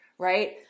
right